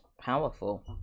powerful